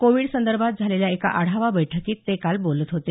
Covid संदर्भात झालेल्या एका आढावा बैठकीत ते काल बोलत होते